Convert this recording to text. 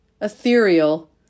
ethereal